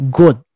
good